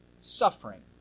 suffering